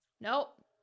nope